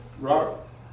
Rock